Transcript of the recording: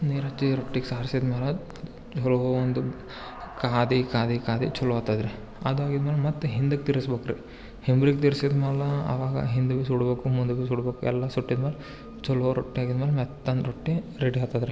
ನೀರು ಹಚ್ಚಿ ರೊಟ್ಟಿಗೆ ಸಾರ್ಸಿದಾದ್ಮೇಲೆ ಅದು ಗುಲೋ ಅಂತ ಕಾದು ಕಾದು ಕಾದು ಚಲೋ ಆಗ್ತದ್ರೀ ಅದಾಗಿದಮೇಲೆ ಮತ್ತು ಹಿಂದಕ್ಕೆ ತಿರ್ಗಿಸ್ಬೇಕು ರೀ ಹಿಂದಕ್ಕೆ ತಿರುಗ್ಸಿದ್ಮೇಲೆ ಅವಾಗ ಹಿಂದೆಬಿ ಸುಡ್ಬೇಕು ಮುಂದೆಬಿ ಸುಡ್ಬೇಕು ಎಲ್ಲ ಸುಟ್ಟಿದಮೇಲೆ ಚಲೋ ರೊಟ್ಟಿ ಆಗಿದ್ಮೇಲೆ ಮೆತ್ತನೆ ರೊಟ್ಟಿ ರೆಡಿ ಆಗ್ತದ್ರಿ